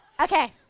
Okay